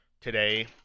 today